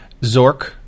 Zork